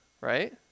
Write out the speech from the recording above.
Right